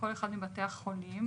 בכל אחד מבתי החולים,